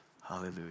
Hallelujah